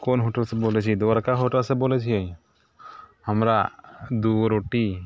कोन होटलसँ बोलै छिए द्वारका होटलसँ बोलै छिए हमरा दुगो रोटी